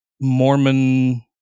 Mormon